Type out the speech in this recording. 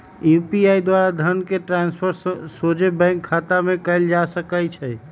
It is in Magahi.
यू.पी.आई द्वारा धन के ट्रांसफर सोझे बैंक खतामें कयल जा सकइ छै